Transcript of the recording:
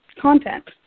content